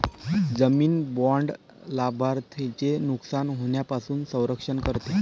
जामीन बाँड लाभार्थ्याचे नुकसान होण्यापासून संरक्षण करते